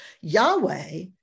Yahweh